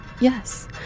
Yes